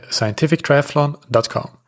scientifictriathlon.com